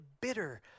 bitter